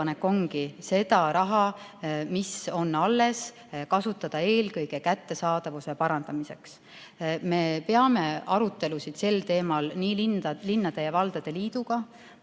ongi seda raha, mis on alles, kasutada eelkõige kättesaadavuse parandamiseks. Me peame arutelusid sel teemal linnade ja valdade liiduga,